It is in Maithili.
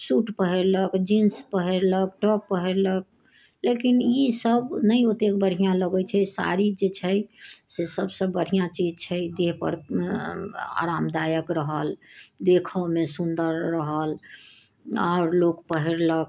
सूट पहिरलक जीन्स पहिरलक टोप पहिरलक लेकिन ई सभ नहि ओतेक बढ़िआँ लगैत छै साड़ी जे छै से सभसँ बढ़िआँ चीज छै देह पर आरामदायक रहल देखहोमे सुन्दर रहल आओर लोक पहिरलक